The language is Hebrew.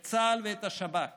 את צה"ל ואת השב"כ